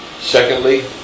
Secondly